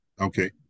Okay